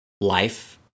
life